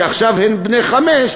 שעכשיו הם בני חמש,